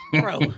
Bro